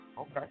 okay